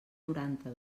noranta